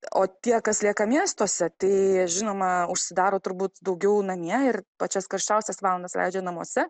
o tie kas lieka miestuose tai žinoma užsidaro turbūt daugiau namie ir pačias karščiausias valandas leidžia namuose